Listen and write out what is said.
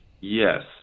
Yes